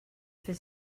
fer